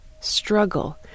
Struggle